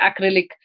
acrylic